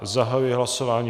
Zahajuji hlasování.